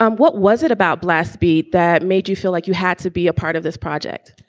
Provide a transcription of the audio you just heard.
um what was it about blast beat that made you feel like you had to be a part of this project?